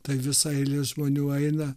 tai visa eilė žmonių eina